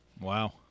wow